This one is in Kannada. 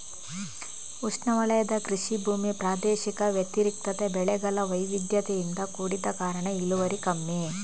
ಉಷ್ಣವಲಯದ ಕೃಷಿ ಭೂಮಿ ಪ್ರಾದೇಶಿಕ ವ್ಯತಿರಿಕ್ತತೆ, ಬೆಳೆಗಳ ವೈವಿಧ್ಯತೆಯಿಂದ ಕೂಡಿದ ಕಾರಣ ಇಳುವರಿ ಕಮ್ಮಿ